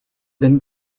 then